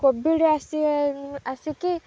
Covid ଆସି ଆସିକି